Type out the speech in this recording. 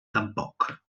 tampoc